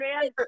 man